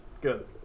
good